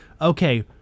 okay